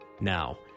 Now